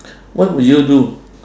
what would you do